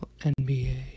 NBA